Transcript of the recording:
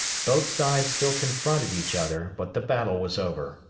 both sides still confronted each other, but the battle was over,